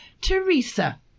Teresa